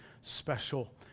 special